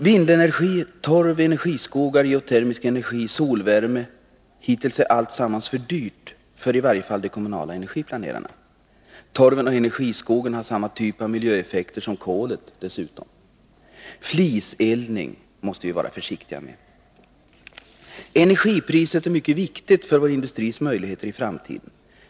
Vindenergi, torv, energiskogar, geotermisk energi, solvärme — hittills är alltsammans för dyrt för i varje fall de kommunala energiplanerarna. Dessutom har torven och energiskogen samma typ av miljöeffekter som kolet. Fliseldning måste vi vara försiktiga med. Energipriset är mycket viktigt för vår industris möjligheter i framtiden.